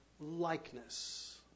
likeness